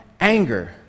anger